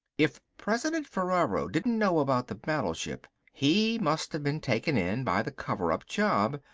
if president ferraro didn't know about the battleship, he must have been taken in by the cover-up job.